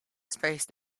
spaced